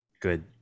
good